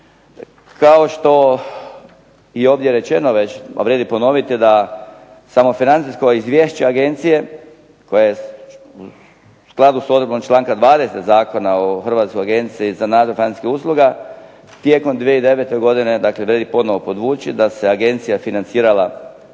Kao što je i ovdje rečeno već, a vrijedi ponoviti je da samo financijsko izvješće agencije koje je u skladu s odredbom čl. 20. Zakona o Hrvatskoj agenciji za nadzor financijskih usluga tijekom 2009. godine, dakle vrijedi ponovno podvući, da se agencija financirala